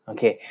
Okay